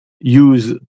use